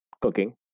cooking